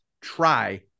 try –